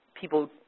people